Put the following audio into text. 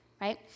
right